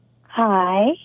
Hi